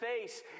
face